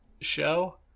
show